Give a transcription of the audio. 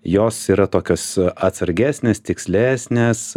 jos yra tokios atsargesnės tikslesnės